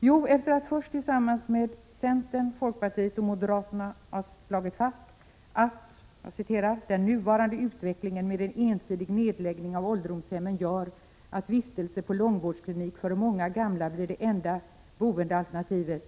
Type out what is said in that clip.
Jo, först slog man tillsammans med centern, folkpartiet och moderaterna fast: ”Den nuvarande utvecklingen med en ensidig nedläggning av ålderdomshemmen gör att vistelse på långvårdsklinik för många gamla blir det enda boendealternativet.